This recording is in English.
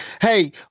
Hey